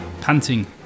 panting